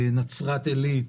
בנצרת עילית.